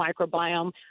microbiome